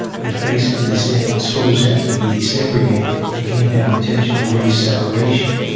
which basically said schools have to be de segregated, you can't have intentional race separation,